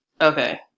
Okay